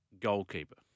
goalkeeper